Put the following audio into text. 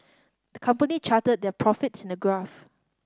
the company charted their profits in a graph